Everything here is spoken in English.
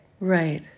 Right